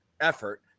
effort